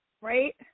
right